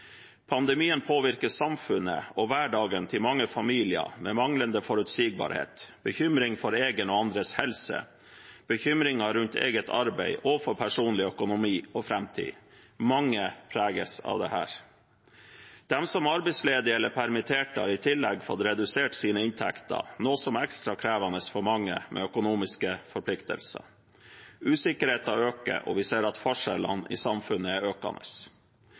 Pandemien påvirker samfunnet og hverdagen til mange familier, med manglende forutsigbarhet, bekymring for egen og andres helse, bekymringer rundt eget arbeid og for personlig økonomi og framtid. Mange preges av dette. De som er arbeidsledige eller permitterte, har i tillegg fått redusert sine inntekter, noe som er ekstra krevende for mange med økonomiske forpliktelser. Usikkerheten øker, og vi ser at forskjellene i samfunnet er økende.